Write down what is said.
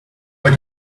but